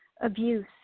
abuse